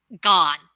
gone